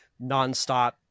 nonstop